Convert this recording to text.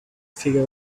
figure